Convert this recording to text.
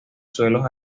suelos